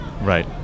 Right